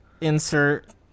insert